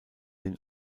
den